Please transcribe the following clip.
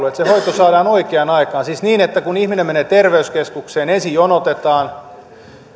että se hoito saadaan oikeaan aikaan siis ei niin että kun ihminen menee terveyskeskukseen ensin jonotetaan